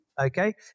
okay